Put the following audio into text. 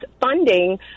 funding